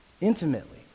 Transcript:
intimately